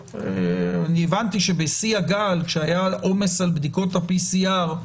הבנתי שבשיא הגל כשהיה עומס על בדיקות ה-PCR,